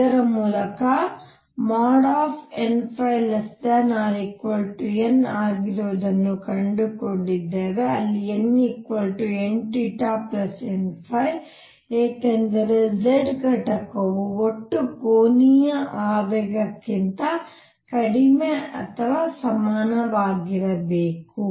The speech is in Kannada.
ಇದರ ಮೂಲಕ | n| ⩽n ಆಗಿರುವುದನ್ನು ಕಂಡುಕೊಂಡಿದ್ದೇವೆ ಅಲ್ಲಿ nnn ಏಕೆಂದರೆ z ಘಟಕವು ಒಟ್ಟು ಕೋನೀಯ ಆವೇಗಕ್ಕಿಂತ ಕಡಿಮೆ ಅಥವಾ ಸಮನಾಗಿರಬೇಕು